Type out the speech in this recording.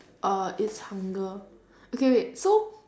uh it's hunger okay wait so